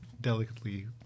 delicately